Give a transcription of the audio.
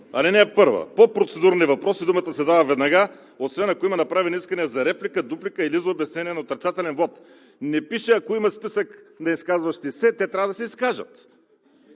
„Алинея 1. По процедурни въпроси думата се дава веднага, освен ако има направено искане за реплика, дуплика или за обяснение на отрицателен вот.“ Не пише: ако има списък на изказващи се, те трябва да се изкажат,